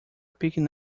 picking